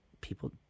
people